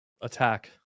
attack